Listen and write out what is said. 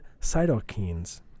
cytokines